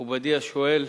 מכובדי השואל,